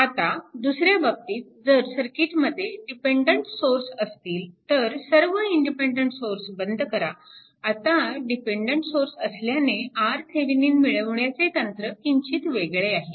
आता दुसऱ्या बाबतीत जर सर्किटमध्ये डिपेन्डन्ट सोर्स असतील तर सर्व इंडिपेन्डन्ट सोर्स बंद करा आता डिपेन्डन्ट सोर्स असल्याने RThevenin मिळवण्याचे तंत्र किंचित वेगळे आहे